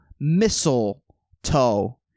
Mistletoe